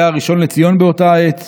שהיה הראשון לציון באותה העת,